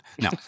No